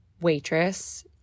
waitress